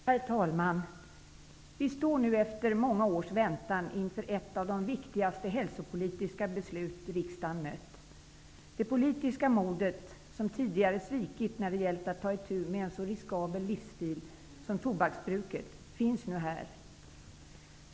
Herr talman! Vi står nu efter många års väntan inför ett av de viktigaste hälsopolitiska beslut riksdagen har mött. Det är fråga om ett politiskt mod -- som tidigare har svikit -- att ta itu med en så riskabel livsstil som tobaksbruket. Det modet finns nu här.